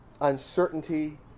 uncertainty